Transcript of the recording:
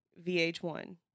VH1